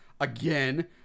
again